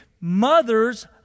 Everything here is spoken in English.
mothers